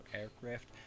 aircraft